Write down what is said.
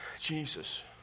Jesus